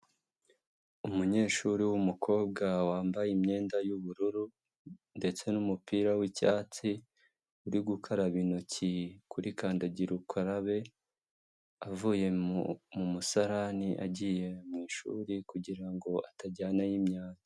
Umunyeshuri w'umukobwa wambaye imyenda y'ubururu ndetse n'umupira w'icyatsi uri gukaraba intoki kuri kandagira ukarabe, avuye mu musarani agiye mu ishuri kugira ngo atajyanayo imyanda.